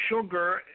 sugar